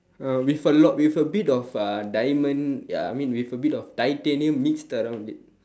uh with a lot with a bit of uh diamond ya I mean with a bit of titanium mixed around it